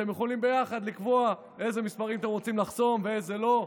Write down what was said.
אתם יכולים ביחד לקבוע אילו מספרים אתם רוצים לחסום ואיזה לא.